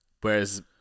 Whereas